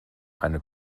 eine